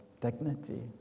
dignity